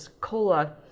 cola